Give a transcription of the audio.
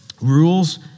rules